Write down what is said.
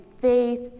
faith